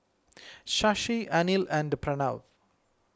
Shashi Anil and Pranav